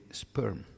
sperm